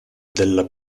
della